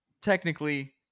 technically